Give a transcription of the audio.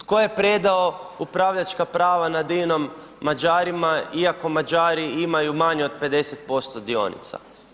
Tko je predao upravljačka prava nad INA-om Mađarima iako Mađari imaju manje od 50% dionica?